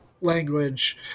language